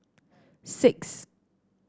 six